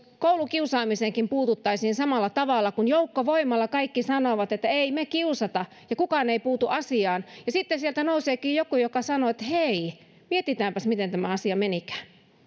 koulukiusaamiseenkin puututtaisiin samalla tavalla eli joukkovoimalla kaikki sanovat että emme me me kiusaa ja kukaan ei puutu asiaan ja sitten sieltä nouseekin joku joka sanoo että hei mietitäänpäs miten tämä asia menikään